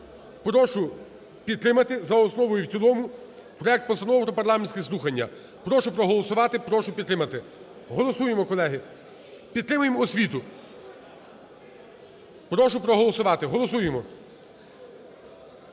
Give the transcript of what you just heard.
Прошу підтримати за основу і в цілому проект Постанови про парламентські слухання. Прошу проголосувати. Прошу підтримати. Голосуємо, колеги. Підтримаємо освіту. Прошу проголосувати. Голосуємо.